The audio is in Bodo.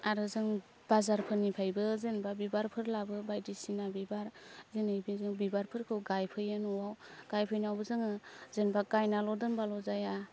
आरो जों बाजारफोरनिफ्रायबो जेनेबा बिबारफोर लाबो बायदिसिना बिबार जोंनि बे बिबारफोरखौ गायफैयो न'आव गायफैनायावबो जोङो जेनेबा गायनाल' दोनबाल' जाया